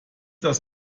das